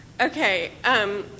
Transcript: Okay